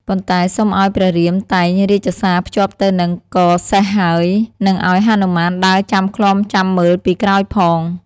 ប៉ុន្តែសុំឱ្យព្រះរាមតែង រាជសារភ្ជាប់ទៅនឹងកសេះហើយ និងឱ្យហនុមានដើរចាំឃ្លាំចាំមើលពីក្រោយផង។